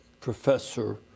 professor